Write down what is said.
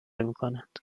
میکنند